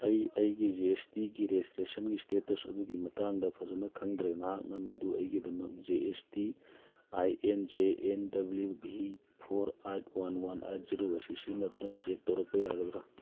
ꯑꯩ ꯑꯩꯒꯤ G S ꯇꯤꯒꯤ ꯔꯦꯖꯤꯁꯇ꯭ꯔꯦꯁꯟꯒꯤ ꯁ꯭ꯇꯦꯇꯁ ꯑꯗꯨꯒꯤ ꯃꯇꯥꯡꯗ ꯐꯖꯅ ꯈꯪꯗ꯭ꯔꯦ ꯅꯍꯥꯛꯅ ꯃꯗꯨ ꯑꯩꯒꯤꯗꯃꯛ G S T I N J N W V four eight one one eight zero ꯑꯁꯤ ꯁꯤꯖꯤꯟꯅꯗꯨꯅ ꯆꯦꯛ ꯇꯧꯔꯛꯄ ꯌꯥꯒꯗ꯭ꯔ